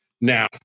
Now